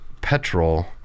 petrol